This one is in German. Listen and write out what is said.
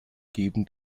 geben